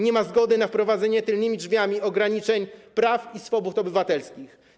Nie ma zgody na wprowadzenie tylnymi drzwiami ograniczeń praw i swobód obywatelskich.